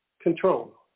control